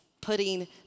putting